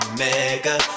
Omega